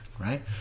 Right